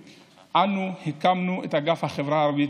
אנו הקמנו את אגף החברה הערבית,